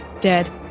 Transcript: dead